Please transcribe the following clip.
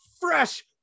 fresh